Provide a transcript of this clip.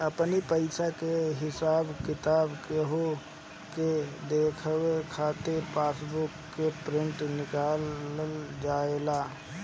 अपनी पईसा के हिसाब किताब केहू के देखावे खातिर पासबुक के प्रिंट निकालल जाएला